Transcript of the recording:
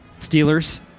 Steelers